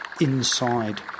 inside